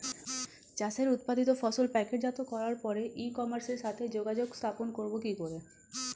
চাষের উৎপাদিত ফসল প্যাকেটজাত করার পরে ই কমার্সের সাথে যোগাযোগ স্থাপন করব কি করে?